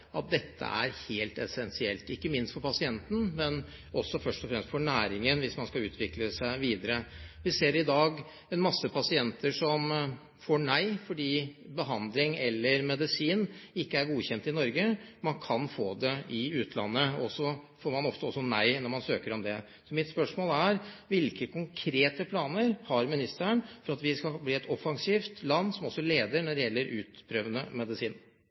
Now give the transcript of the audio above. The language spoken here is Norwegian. at dette er helt essensielt, ikke minst for pasienten, men også først og fremst for næringen, hvis man skal utvikle seg videre. Vi ser i dag mange pasienter som får nei fordi behandlingen eller medisinen ikke er godkjent i Norge. Man kan få det i utlandet, og så får man også ofte nei når man søker om det. Mitt spørsmål er: Hvilke konkrete planer har ministeren for at vi skal bli et offensivt land som også er ledende når det gjelder utprøvende medisin?